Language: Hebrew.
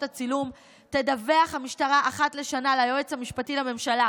הצילום תדווח המשטרה אחת לשנה ליועץ המשפטי לממשלה